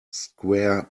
square